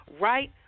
right